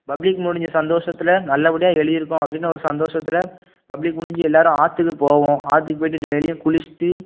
public முடிஞ்ச சந்தோஷத்தில் நல்ல படியாக எழுதிருக்கோம் அப்படின்னு ஒரு சந்தோஷத்தில் பப்ளிக் முடிஞ்சு எல்லோரும் ஆற்றுக்கு போவோம் ஆற்றுக்கு போயிட்டு டெய்லியும் குளித்துட்டு